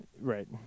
Right